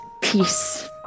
peace